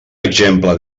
exemple